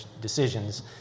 decisions